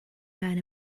ben